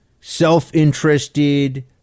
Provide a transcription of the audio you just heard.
self-interested